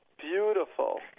Beautiful